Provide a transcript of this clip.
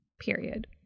period